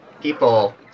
people